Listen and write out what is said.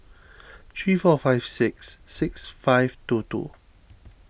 three four five six six five two two